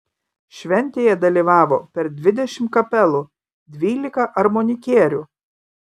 šventėje dalyvavo per dvidešimt kapelų dvylika armonikierių